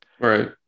Right